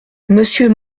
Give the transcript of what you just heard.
monsieur